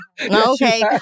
Okay